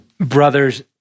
brothers